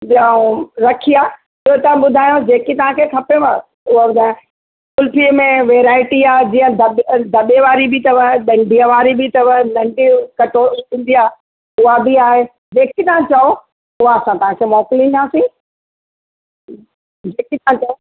ऐं रखी आहे ॿियो तव्हां ॿुधायो जेकी तव्हांखे खपेव उहा ॿुधायो कुल्फीअ में वैरायटी आहे जीअं दब दॿे वारी बि अथव डंडीअ वारीअ बि अथव नंढी कटोरी हूंदी आहे उहा बि आहे जेकी तव्हां चओ उहा असां तव्हांखे मोकिलिंदासीं जेकी तव्हां चओ